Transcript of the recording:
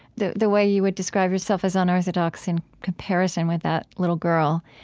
the the way you would describe yourself as unorthodox in comparison with that little girl,